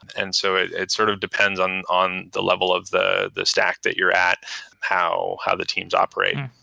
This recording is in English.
and so it it sort of depends on on the level of the the stack that you're at how how the teams operate.